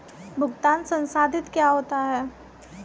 भुगतान संसाधित क्या होता है?